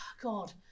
God